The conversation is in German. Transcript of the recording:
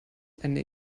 eine